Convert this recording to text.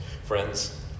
Friends